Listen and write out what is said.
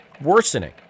worsening